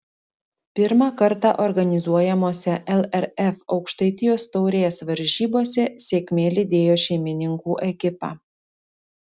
pirmą kartą organizuojamose lrf aukštaitijos taurės varžybose sėkmė lydėjo šeimininkų ekipą